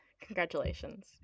Congratulations